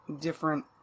different